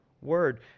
Word